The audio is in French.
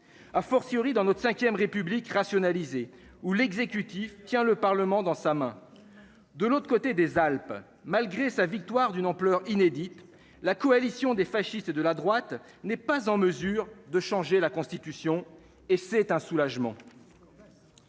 a fortiori dans notre 5ème République rationaliser où l'exécutif tient le Parlement dans sa main de l'autre côté des Alpes, malgré sa victoire d'une ampleur inédite, la coalition des fascistes de la droite n'est pas en mesure de changer la Constitution et c'est un soulagement.